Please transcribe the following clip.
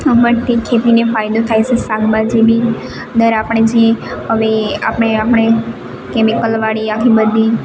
પણ તે ખેતીને ફાયદો થાય છે શાકભાજી બી અંદર આપણે જે હવે આપણે આપણે કેમિકલવાળી આખી બધી